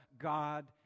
God